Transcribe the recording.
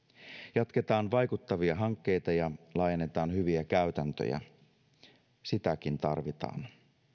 jatketaan vaikuttavia hankkeita ja laajennetaan hyviä käytäntöjä sitäkin tarvitaan